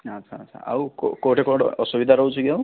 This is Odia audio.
ଆଛା ଆଛା ଆଉ କେଉଁଠି କେଉଁଠି ଅସୁବିଧା ରହୁଛି କି ଆଉ